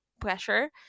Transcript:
pressure